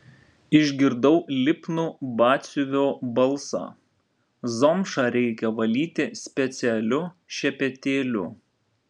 išgirdau lipnų batsiuvio balsą zomšą reikia valyti specialiu šepetėliu